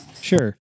sure